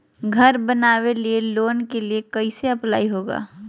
घर बनावे लिय लोन के लिए कैसे अप्लाई होगा?